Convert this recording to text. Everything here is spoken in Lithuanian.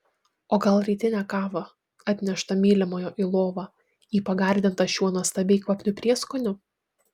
o gal rytinę kavą atneštą mylimojo į lovą į pagardintą šiuo nuostabiai kvapniu prieskoniu